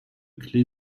clef